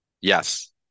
yes